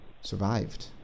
survived